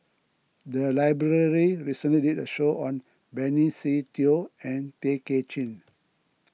the library recently did a show on Benny Se Teo and Tay Kay Chin